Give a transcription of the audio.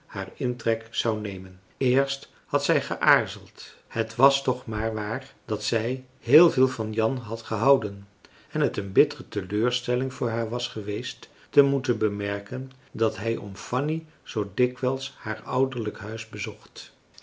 haar intrek zou nemen eerst had zij geaarzeld het was toch maar waar dat zij heel veel van jan had gehouden en het een bittere teleurstelling voor haar was geweest te moeten bemerken dat hij om fanny zoo dikwijls haar ouderlijk huis bezocht